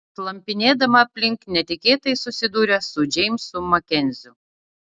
slampinėdama aplink netikėtai susidūrė su džeimsu makenziu